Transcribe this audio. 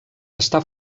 està